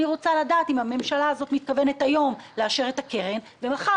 אני רוצה לדעת אם הממשלה הזאת מתכוונת היום לאשר את הקרן ומחר